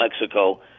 Mexico